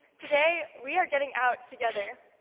today we are getting out together.